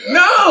no